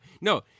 No